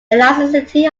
elasticity